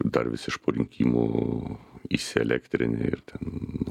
dar vis iš po rinkimų įsielektrinę ir ten